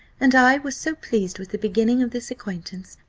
and i was so pleased with the beginning of this acquaintance,